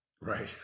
Right